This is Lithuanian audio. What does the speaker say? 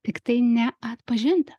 tiktai neatpažinta